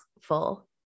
full